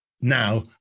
now